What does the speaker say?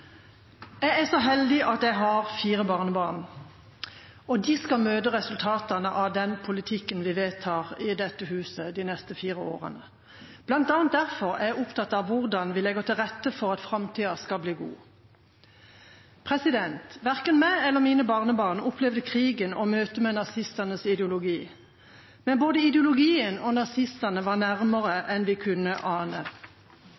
Jeg er så heldig at jeg har fire barnebarn, og de skal møte resultatene av den politikken vi vedtar i dette huset de neste fire årene. Blant annet derfor er jeg opptatt av hvordan vi legger til rette for at framtida skal bli god. Verken jeg eller mine barnebarn opplevde krigen og møtet med nazistenes ideologi, men både ideologien og nazistene var